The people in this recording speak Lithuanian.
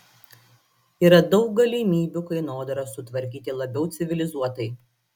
yra daug galimybių kainodarą sutvarkyti labiau civilizuotai